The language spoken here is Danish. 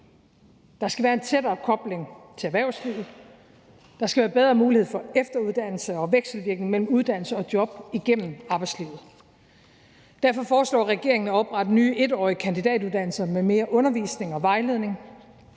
Der skal være en tættere kobling til erhvervslivet, der skal være bedre mulighed for efteruddannelse og vekselvirkning mellem uddannelse og job igennem arbejdslivet. Derfor foreslår regeringen at oprette nye 1-årige kandidatuddannelser med mere undervisning og vejledning,